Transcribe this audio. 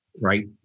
Right